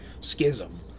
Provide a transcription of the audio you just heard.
Schism